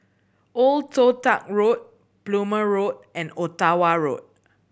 Old Toh Tuck Road Plumer Road and Ottawa Road